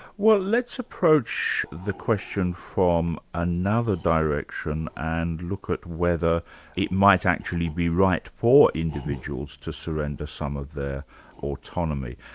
well let's approach the question from another direction and look at whether it might actually be right for individuals to surrender some of their autonomy,